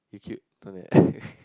you cute something like that